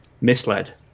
misled